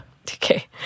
Okay